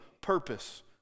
purpose